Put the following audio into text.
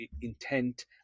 intent